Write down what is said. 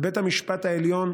ובית המשפט העליון,